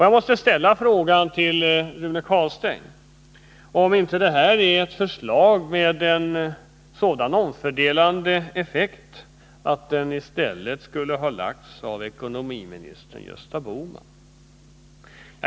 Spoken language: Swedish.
Jag måste ställa frågan till Rune Carlstein: Är inte detta ett förslag med sådan omfördelande effekt att det i stället borde ha lagts fram Nr 51 av ekonomiministern Gösta Bohman?